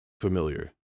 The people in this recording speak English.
familiar